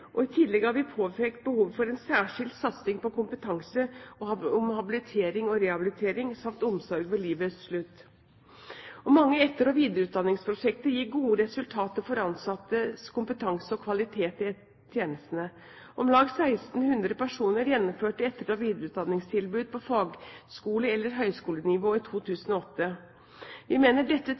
I tillegg har vi påpekt behovet for en særskilt satsing på kompetanse om habilitering og rehabilitering, samt omsorg ved livets slutt. Mange etter- og videreutdanningsprosjekter gir gode resultater for ansattes kompetanse og kvalitet i tjenestene. Om lag 1 600 personer gjennomførte etter- og videreutdanningstilbud på fagskole- eller høyskolenivå i 2008. Vi mener dette